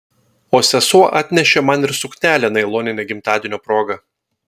o sesuo atnešė man ir suknelę nailoninę gimtadienio proga